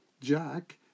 Jack